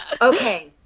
Okay